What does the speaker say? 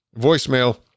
voicemail